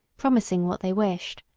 promising what they wished.